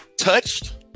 touched